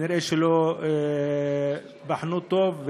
כנראה שלא בחנו טוב,